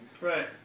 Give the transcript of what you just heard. Right